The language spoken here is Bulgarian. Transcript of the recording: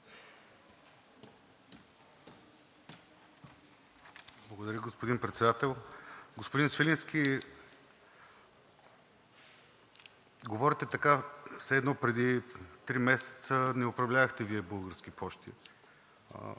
Благодаря, господин Председател. Господин Свиленски, говорите така все едно преди три месеца не управлявахте Вие „Български пощи“.